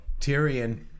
Tyrion